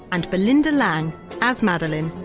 and belinda lang as madeleine,